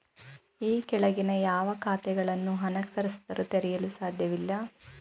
ಈ ಕೆಳಗಿನ ಯಾವ ಖಾತೆಗಳನ್ನು ಅನಕ್ಷರಸ್ಥರು ತೆರೆಯಲು ಸಾಧ್ಯವಿಲ್ಲ?